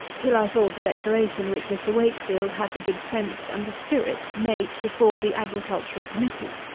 till i saw the declaration which mr. wakefield had the good sense and the spirit to make before the agricultural committee.